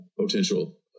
potential